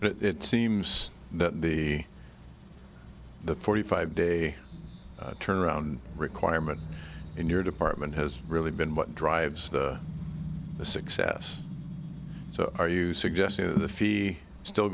but it seems that the the forty five day turnaround requirement in your department has really been what drives the success so are you suggesting the fee still